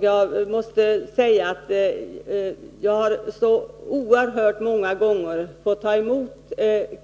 Jag har oerhört många gånger fått ta emot